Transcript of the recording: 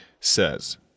says